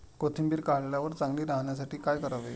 कोथिंबीर काढल्यावर चांगली राहण्यासाठी काय करावे?